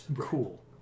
Cool